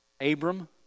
Abram